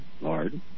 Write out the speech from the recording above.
Lord